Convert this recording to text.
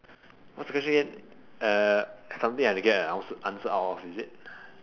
what's the question again uh something I will get an ans~ answer out of is it